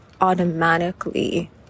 automatically